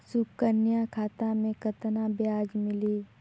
सुकन्या खाता मे कतना ब्याज मिलही?